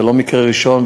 זה לא המקרה הראשון,